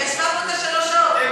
היא ישבה פה כשלוש שעות.